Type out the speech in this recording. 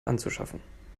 anzuschaffen